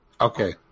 Okay